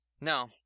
No